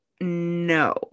no